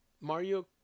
Mario